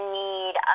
need